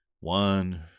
one